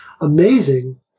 amazing